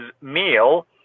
meal